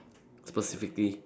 specifically